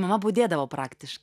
mama budėdavo praktišk